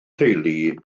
teulu